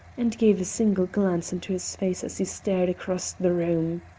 and gave a single glance into his face as he stared across the room.